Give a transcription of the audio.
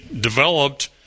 developed